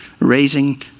Raising